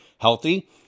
healthy